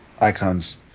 Icon's